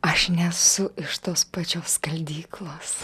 aš nesu iš tos pačios skaldyklos